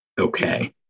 okay